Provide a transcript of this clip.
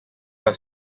have